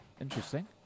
Interesting